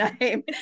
name